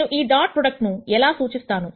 నేను ఈ dot product ను ఎలా సూచిస్తాను